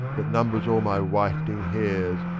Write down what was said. that numbers all my whitening hairs.